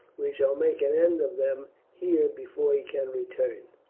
we shall make an end of them here before he can return.